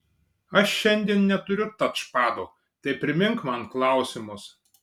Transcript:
aš šiandien neturiu tačpado tai primink man klausimus